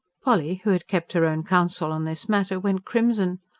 polly, who had kept her own counsel on this matter, went crimson.